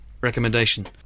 recommendation